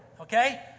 Okay